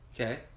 Okay